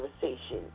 conversation